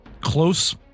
close